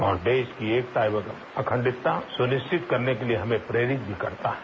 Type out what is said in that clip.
और देश की एकता और अखंडता सुनिश्चित करने के लिए हमें प्रेरित भी करता है